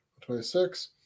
twenty-six